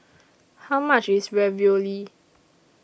How much IS Ravioli